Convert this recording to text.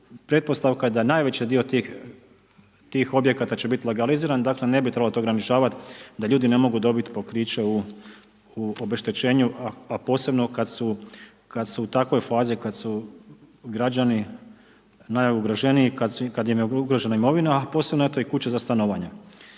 pretpostavka je da je najveći dio tih objekata će biti legaliziran, dakle ne bi trebalo to ograničavati da ljudi ne mogu dobiti pokriće u obeštećenju, a posebno kad su u takvoj fazi, kad su građani najugroženiji, kad im je ugrožena imovina, a posebno eto i kuća za stanovanje.